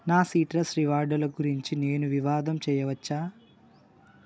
నా సిట్రస్ రివార్డుల గురించి నేను వివాదం చేయవచ్చా